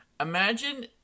imagine